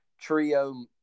Trio